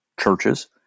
churches